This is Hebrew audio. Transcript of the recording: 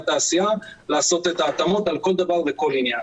כמובן עם אנשי המקצוע מהתעשייה לעשות את ההתאמות על כל דבר וכל עניין.